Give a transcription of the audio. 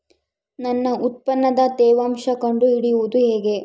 ನನ್ನ ಉತ್ಪನ್ನದ ತೇವಾಂಶ ಕಂಡು ಹಿಡಿಯುವುದು ಹೇಗೆ?